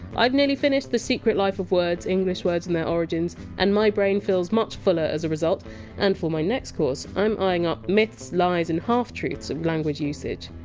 i! ve nearly finished the secret life of words english words and their origins, and my brain feels much fuller as a result and for my next course i! m eyeing up myths, lies and half-truths of language usage.